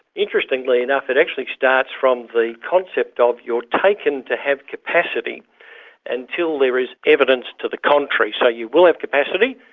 interestingly enough, it actually starts from the concept of you are taken to have capacity until there is evidence to the contrary. so you will have capacity,